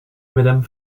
madame